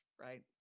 right